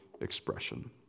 expression